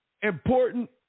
important